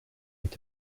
est